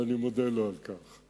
ואני מודה לו על כך.